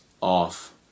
off